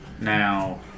Now